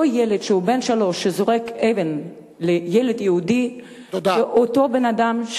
אותו ילד שהוא בן שלוש שזורק אבן על ילד יהודי זה אותו בן-אדם,